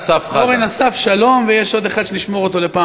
מכל מיני תוכניות ביטוח,